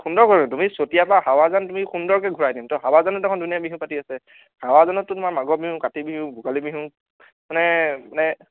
সুন্দৰ পৰিৱেশ তুমি চতিয়াৰ পৰা হাৱাজান তুমি সুন্দৰকৈ ঘূৰাই আনিম তো হাৱাজানত এখন ধুনীয়া বিহু পাতি আছে হাৱাজানত তোমাৰ মাঘৰ বিহু কাতি বিহু ভোগালী বিহু মানে মানে